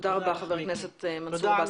תודה רבה, חבר הכנסת מנסור עבאס.